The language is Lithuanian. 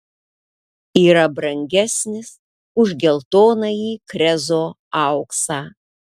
yra brangesnis už geltonąjį krezo auksą